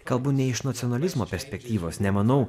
kalbu ne iš nacionalizmo perspektyvos nemanau